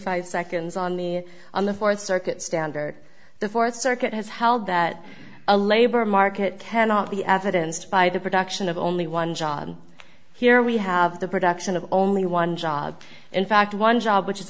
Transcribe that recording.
five seconds on the on the fourth circuit standard the fourth circuit has held that a labor market cannot be evidence by the production of only one job here we have the production of only one job in fact one job which is